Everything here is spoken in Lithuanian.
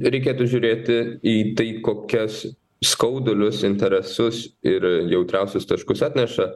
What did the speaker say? reikėtų žiūrėti į tai kokias skaudulius interesus ir jautriausius taškus atneša